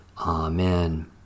Amen